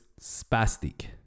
spastic